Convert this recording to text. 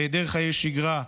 היעדר חיי שגרה,